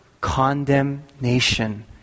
condemnation